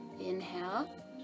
Inhale